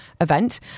event